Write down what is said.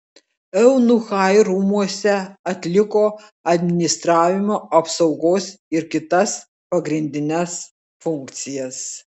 eunuchai rūmuose atliko administravimo apsaugos ir kitas pagrindines funkcijas